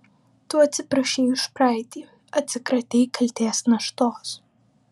tu atsiprašei už praeitį atsikratei kaltės naštos